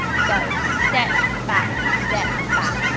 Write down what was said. so step back, step back.